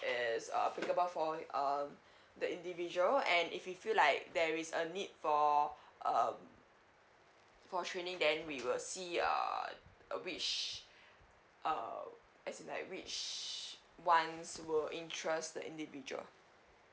is uh applicable for um the individual and if we feel like there is a need for um for training then we will see err uh which uh as in like which ones will interest the individual